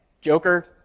Joker